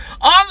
On